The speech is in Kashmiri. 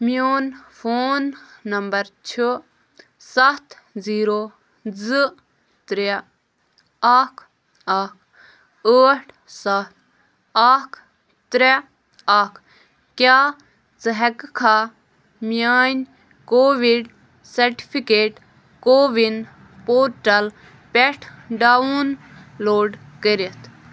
میون فون نمبر چھُ سَتھ زیٖرو زٕ ترے اکھ اکھ ٲٹھ سَتھ اکھ ترے اکھ کیٛاہ ژٕ ہیٚککھا میٲنۍ کووِڈ سرٹیفکیٹ کووِن پورٹل پٮ۪ٹھ ڈاوُن لوڈ کٔرِتھ